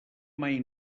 mai